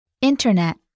Internet